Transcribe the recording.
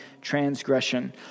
transgression